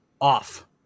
off